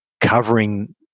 covering